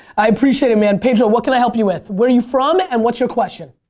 i appreciate it, man. pedro, what can i help you with? where are you from and what's your question?